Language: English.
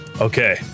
Okay